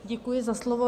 Děkuji za slovo.